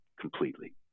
completely